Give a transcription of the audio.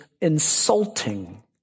insulting